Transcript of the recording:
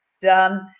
done